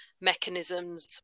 mechanisms